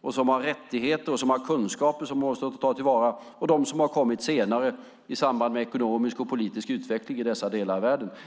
och har rättigheter och kunskaper som måste tas till vara och de som har kommit senare i samband med ekonomisk och politisk utveckling i dessa delar av världen.